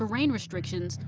ah i mean restrictions,